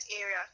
area